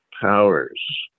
powers